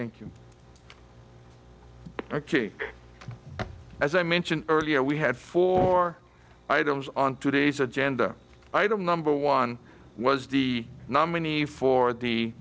thank you ok as i mentioned earlier we had four items on today's agenda item number one was the nominee for the